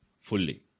fully